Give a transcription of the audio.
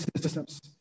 systems